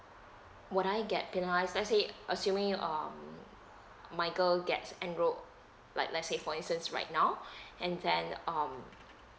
when I get you know let say assuming um my girl gets enrolled like let say for instance right now and then um